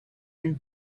and